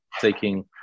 taking